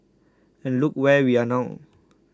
and look where we are now